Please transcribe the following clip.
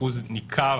אחוז ניכר